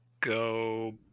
go